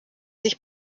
sich